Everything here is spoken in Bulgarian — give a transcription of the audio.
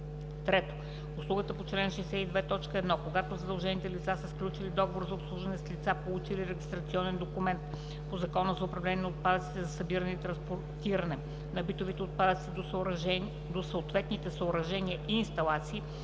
3. услугата по чл. 62, т. 1, когато задължените лица са сключили договор за обслужване с лица, получили регистрационен документ по Закона за управление на отпадъците за събиране и транспортиране на битовите отпадъци до съответните съоръжения и инсталации,